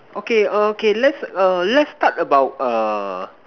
okay err okay let's err let's start about err